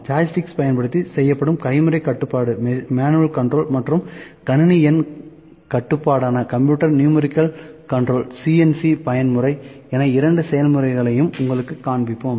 joystick ஐ பயன்படுத்தி செய்யப்படும் கைமுறை கட்டுப்பாடு மற்றும் கணினி எண் கட்டுப்பாடான CNC பயன்முறை என இரண்டு செயல்முறைகளையும் உங்களுக்குக் காண்பிப்போம்